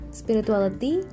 spirituality